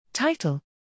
Title